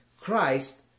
Christ